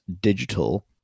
digital